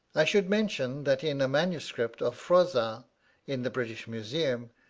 i should mention, that in a manuscript of froissart in the british museum,